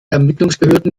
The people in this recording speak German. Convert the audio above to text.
ermittlungsbehörden